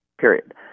period